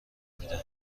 میده